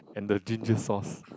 and the ginger sauce